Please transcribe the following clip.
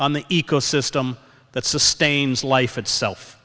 on the ecosystem that sustains life itself